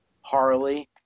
Harley